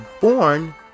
born